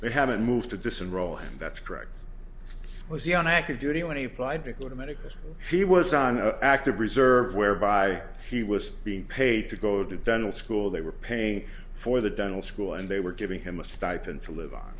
they haven't moved to disenroll that's correct was he on active duty when he applied to go to medical he was on a active reserve whereby he was being paid to go to dental school they were paying for the dental school and they were giving him a stipend to live on